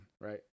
right